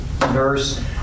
nurse